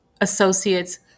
associates